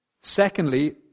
Secondly